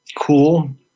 cool